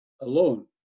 alone